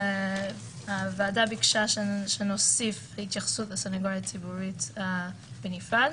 הוועדה ביקשה שנוסיף התייחסות לסנגוריה הציבורית בנפרד.